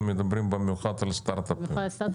אנחנו מדברים במיוחד על סטארטאפים.